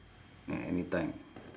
at any time